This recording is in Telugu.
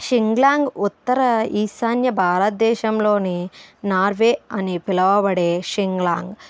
షింగ్లాంగ్ ఉత్తర ఈశాన్య భారతదేశంలోని నార్వే అని పిలవబడే షింగ్లాంగ్